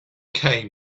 came